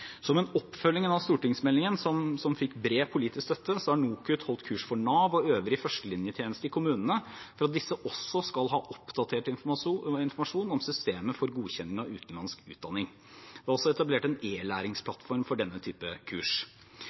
Som oppfølging av stortingsmeldingen, som fikk bred politisk støtte, har NOKUT holdt kurs for Nav og øvrig førstelinjetjeneste i kommunene for at disse også skal ha oppdatert informasjon om systemet for godkjenning av utenlandsk utdanning. Det er også etablert en e-læringsplattform for denne type kurs.